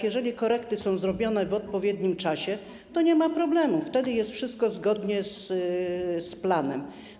Jeżeli korekty są zrobione w odpowiednim czasie, to nie ma problemów, wtedy wszystko jest zgodnie z planem.